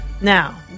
now